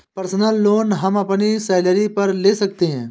personal loan हम अपनी salary पर ले सकते है